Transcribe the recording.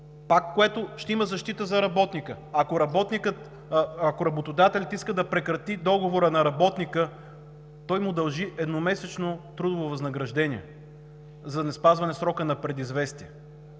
пак ще има защита за работника – ако работодателят иска да прекрати договора на работника, той му дължи едномесечно трудово възнаграждение за неспазване срока на предизвестието.